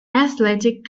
athletic